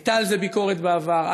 הייתה על זה ביקורת בעבר,